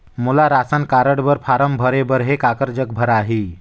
मोला ration card बर form भरे बर हे काकर जग भराही?